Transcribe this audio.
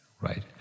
right